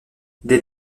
des